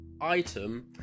item